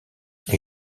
les